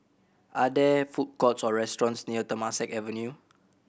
are there food courts or restaurants near Temasek Avenue